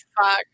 Fuck